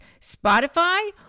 Spotify